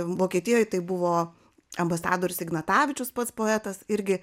vokietijoj tai buvo ambasadorius ignatavičius pats poetas irgi